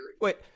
Wait